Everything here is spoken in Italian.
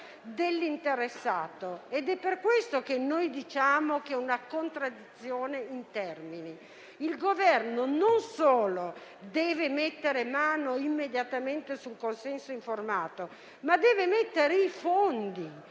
dell'interessato: per questo diciamo che c'è una contraddizione in termini. Il Governo non solo deve mettere mano immediatamente al consenso informato, ma deve mettere i fondi